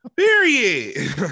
period